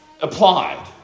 applied